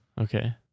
Okay